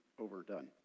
Overdone